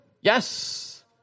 Yes